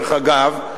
דרך אגב,